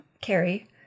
Carrie